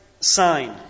sign